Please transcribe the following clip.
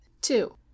Two